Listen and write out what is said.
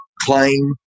claim